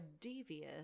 devious